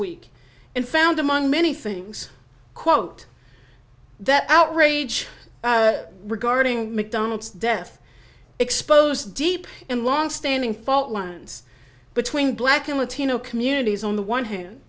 week and found among many things quote that outrage regarding mcdonald's death exposed deep and longstanding fault lines between black and latino communities on the one hand